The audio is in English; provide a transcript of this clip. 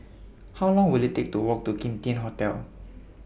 How Long Will IT Take to Walk to Kim Tian Hotel